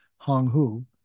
Honghu